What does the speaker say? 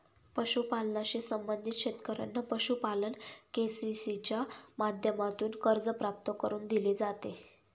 पशुपालनाशी संबंधित शेतकऱ्यांना पशुपालन के.सी.सी च्या माध्यमातून कर्ज प्राप्त करून दिले जाते